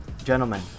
Gentlemen